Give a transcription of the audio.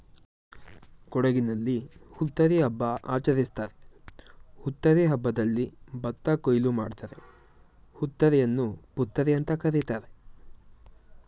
ಕೊಡಗಿನಲ್ಲಿ ಹುತ್ತರಿ ಹಬ್ಬ ಆಚರಿಸ್ತಾರೆ ಹುತ್ತರಿ ಹಬ್ಬದಲ್ಲಿ ಭತ್ತ ಕೊಯ್ಲು ಮಾಡ್ತಾರೆ ಹುತ್ತರಿಯನ್ನು ಪುತ್ತರಿಅಂತ ಕರೀತಾರೆ